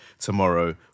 tomorrow